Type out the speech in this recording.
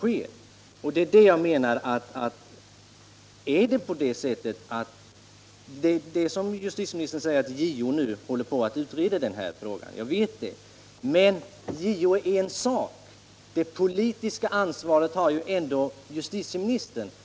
JO håller visserligen på att utreda den här frågan, men det politiska ansvaret för frågan i stort har ändå justitieministern.